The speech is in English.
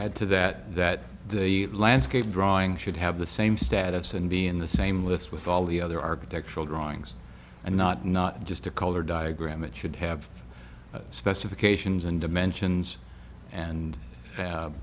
add to that that the landscape drawing should have the same status and be in the same list with all the other architectural drawings and not not just a color diagram it should have specifications and dimensions and